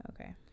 Okay